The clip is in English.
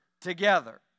together